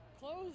closed